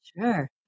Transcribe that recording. Sure